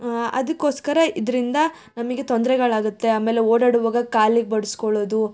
ಅದಕ್ಕೋಸ್ಕರ ಇದರಿಂದ ನಮಗೆ ತೊಂದರೆಗಳಾಗುತ್ತೆ ಆಮೇಲೆ ಓಡಾಡುವಾಗ ಕಾಲಿಗೆ ಬಡಿಸ್ಕೊಳ್ಳೋದು